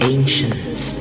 Ancients